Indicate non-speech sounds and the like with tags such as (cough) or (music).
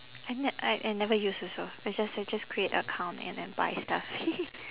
I ne~ I I never use also I just I just create account and I buy stuff (noise)